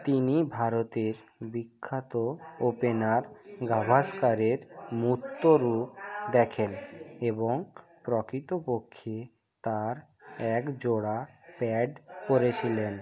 তিনি ভারতের বিখ্যাত ওপেনার গাভাস্কারের মূর্ত রূপ দেখেন এবং প্রকৃতপক্ষে তাঁর এক জোড়া প্যাড পরেছিলেন